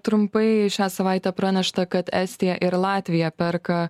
trumpai šią savaitę pranešta kad estija ir latvija perka